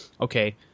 okay